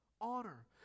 Honor